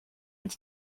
its